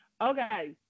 Okay